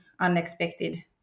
unexpected